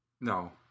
No